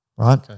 Right